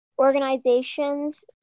organizations